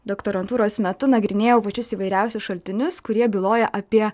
doktorantūros metu nagrinėjau pačius įvairiausius šaltinius kurie byloja apie